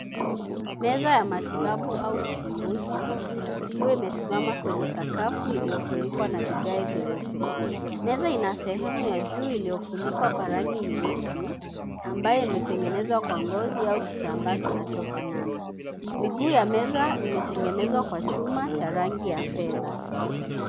Meza ya matibabu au uchunguzi ikiwa imesimama kwenye sakafu iliyofunikwa na vigae vyeupe. Meza ina sehemu ya juu iliyofunikwa kwa rangi nyeusi ambayo imetegenezwa kwa ngozi au kitambaa kinachofanana. Miguu ya meza imetegenezwa kwa chuma cha rangi ya fedha.